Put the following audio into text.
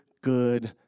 good